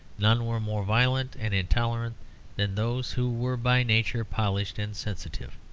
none were more violent and intolerant than those who were by nature polished and sensitive.